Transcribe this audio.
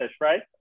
right